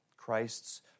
Christ's